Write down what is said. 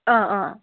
अ अ